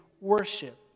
worship